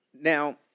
Now